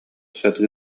сатыы